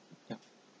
ya